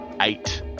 eight